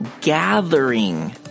gathering